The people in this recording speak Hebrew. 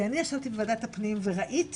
כי אני ישבתי בוועדת הפנים וראיתי,